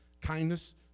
kindness